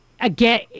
again